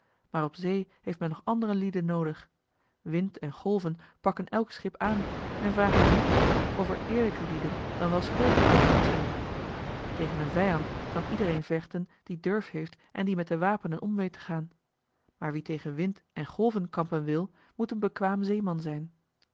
maar op zee heeft men nog andere lieden noodig wind en golven pakken elk schip aan en vragen er niet naar of er eerlijke lieden dan wel schurken aan boord zijn tegen een vijand kan iedereen vechten die durf heeft en die met de wapenen om weet te gaan maar wie tegen wind en golven kampen wil moet een bekwaam zeeman zijn